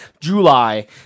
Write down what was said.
July